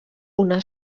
una